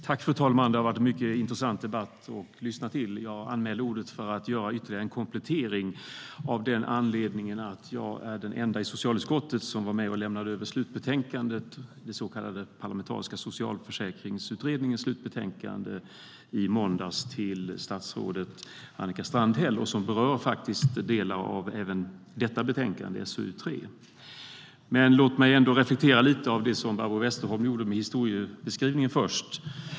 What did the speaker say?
Fru talman! Det har varit en mycket intressant debatt att lyssna till. Jag begärde ordet för att göra en komplettering, av den anledningen att jag är den enda i socialutskottet som i måndags var med och lämnade över Parlamentariska socialförsäkringsutredningens slutbetänkande till statsrådet Annika Strandhäll. Den berör faktiskt även delar av detta betänkande, SoU3.Låt mig ändå reflektera lite över den historieskrivning som Barbro Westerholm gjorde.